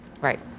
Right